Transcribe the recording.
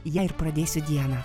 ja ir pradėsiu dieną